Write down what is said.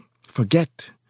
Forget